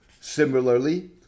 Similarly